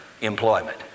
employment